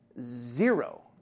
Zero